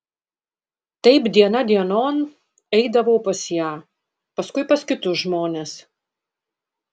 taip diena dienon eidavau pas ją paskui pas kitus žmones